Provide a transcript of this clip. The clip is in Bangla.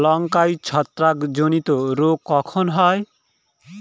লঙ্কায় ছত্রাক জনিত রোগ কখন হয়?